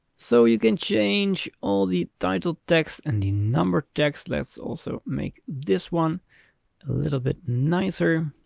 so you can change all the title text and the number text. let's also make this one a little bit nicer.